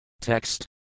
Text